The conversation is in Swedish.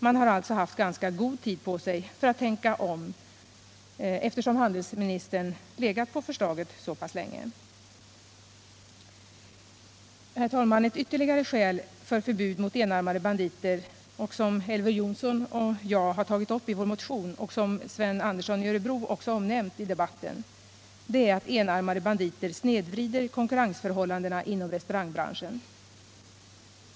Man har alltså haft ganska god tid på sig för att tänka om, eftersom handelsministern legat på förslaget så pass länge. Herr talman! Ett ytterligare skäl för förbud mot enarmade banditer, som Elver Jonsson och jag tagit upp i vår motion och som Sven Andersson i Örebro också omnämnt i debatten, är att enarmade banditer snedvrider konkurrensförhållandena inom restaurangbranschen.